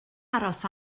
aros